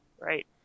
Right